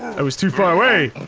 i was too far away.